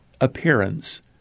appearance